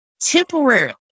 temporarily